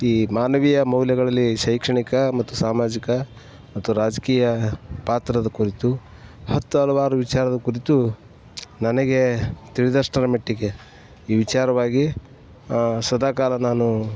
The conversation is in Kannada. ಈ ಮಾನವೀಯ ಮೌಲ್ಯಗಳಲ್ಲಿ ಶೈಕ್ಷಣಿಕ ಮತ್ತು ಸಾಮಾಜಿಕ ಮತ್ತು ರಾಜಕೀಯ ಪಾತ್ರದ ಕುರಿತು ಹತ್ತು ಹಲವಾರು ವಿಚಾರದ ಕುರಿತು ನನಗೆ ತಿಳಿದಷ್ಟರ ಮಟ್ಟಿಗೆ ಈ ವಿಚಾರವಾಗಿ ಸದಾಕಾಲ ನಾನು